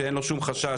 שאין לו שום חשש